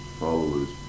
followers